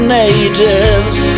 natives